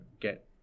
get